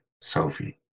Sophie